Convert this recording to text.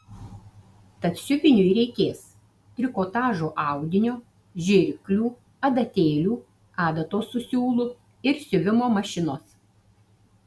tad siuviniui reikės trikotažo audinio žirklių adatėlių adatos su siūlu ir siuvimo mašinos